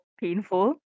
painful